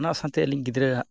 ᱚᱱᱟ ᱥᱟᱶᱛᱮ ᱟᱹᱞᱤᱧ ᱜᱤᱫᱽᱨᱟᱹ ᱟᱜ